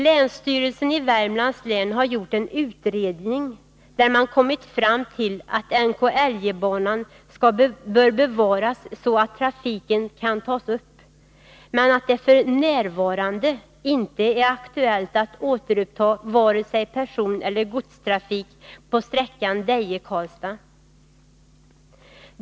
Länsstyrelsen i Värmlands län har gjort en utredning, där man har kommit fram till att NKIJ-banan bör bevaras så att trafiken kan tas upp, men att det f. n. inte är aktuellt att återuppta vare sig personeller godstrafik på sträckan Deje-Karlstad.